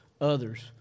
others